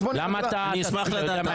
אני אשמח לדעת.